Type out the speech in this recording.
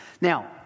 Now